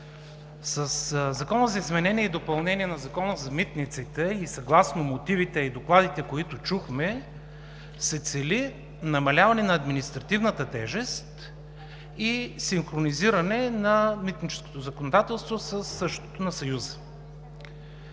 Със Закона за изменение и допълнение на Закона за митниците, съгласно мотивите и докладите, които чухме, се цели намаляване на административната тежест и синхронизиране на митническото законодателство със същото на Съюза.